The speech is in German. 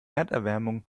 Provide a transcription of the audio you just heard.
erderwärmung